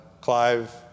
Clive